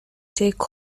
take